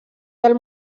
del